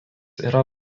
yra